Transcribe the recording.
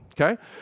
okay